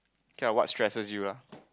okay lah what stresses you lah